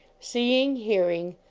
seeing, hearing,